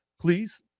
Please